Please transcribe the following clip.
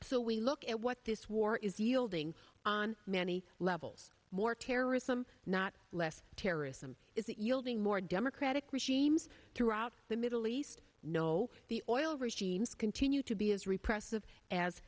so we look at what this war is yielding on many levels more terrorism not less terrorism isn't yielding more democratic regimes throughout the middle east no the oil regimes continue to be as repressive as